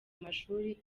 mashuri